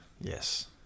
Yes